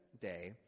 day